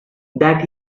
that